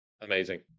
Amazing